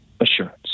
assurance